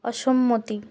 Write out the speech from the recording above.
অসম্মতি